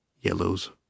yellows